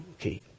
okay